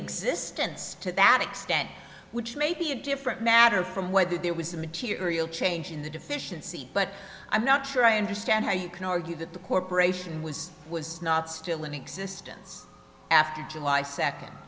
existence to that extent which may be a different matter from whether there was a material change in the deficiency but i'm not sure i understand how you can argue that the corporation was not still in existence after july second